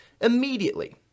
Immediately